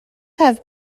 have